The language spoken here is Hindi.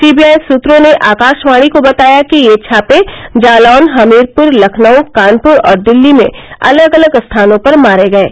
सी बी आई सुत्रों ने आकाशवाणी को बताया कि ये छापे जालौन हमीरपुर लखनऊ कानपुर और दिल्ली में अलग अलग स्थानों पर मारे गये